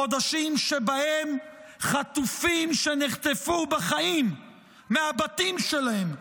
חודשים שבהם חטופים שנחטפו בחיים מהבתים שלהם,